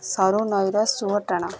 ସରୁ ନଈର ସୁଅ ଟାଣ